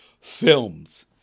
films